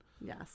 Yes